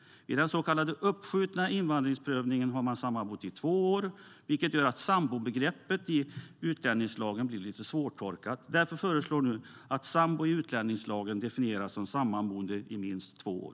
Vid den så kallade uppskjutna invandringsprövningen ska man ha sammanbott i två år, vilket gör att sambobegreppet i utlänningslagen blir svårtolkat. Därför föreslås nu att sambo definieras i utlänningslagen som sammanboende i minst två år.